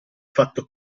fatto